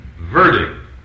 verdict